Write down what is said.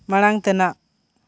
ᱢᱟᱲᱟᱝ ᱛᱮᱱᱟᱜ